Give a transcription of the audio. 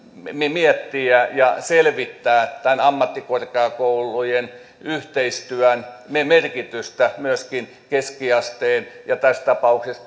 miettiä ja selvittää ammattikorkeakoulujen yhteistyön merkitystä myöskin keskiasteen ja tässä tapauksessa